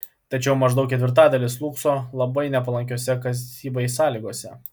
tačiau maždaug ketvirtadalis slūgso labai nepalankiose kasybai sąlygose